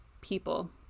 people